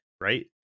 right